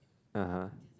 (uh huh)